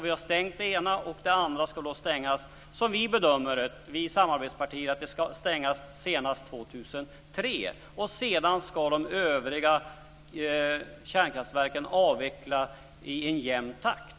Vi har stängt det ena, och det andra ska stängas, som vi samarbetspartier bedömer det, senast år 2003. Sedan ska de övriga kärnkraftverken avvecklas i en jämnt takt.